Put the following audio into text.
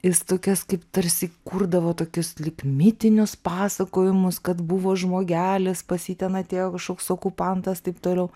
jis tokias kaip tarsi kurdavo tokius lyg mitinius pasakojimus kad buvo žmogelis pas jį ten atėjo kažkoks okupantas taip toliau